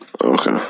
okay